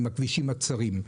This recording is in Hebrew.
שאז היו כבישים צרים.